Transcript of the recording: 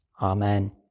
Amen